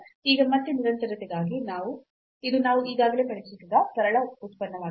ಈಗ ಮತ್ತೆ ನಿರಂತರತೆಗಾಗಿ ಇದು ನಾವು ಈಗಾಗಲೇ ಪರೀಕ್ಷಿಸಿದ ಸರಳ ಉತ್ಪನ್ನವಾಗಿದೆ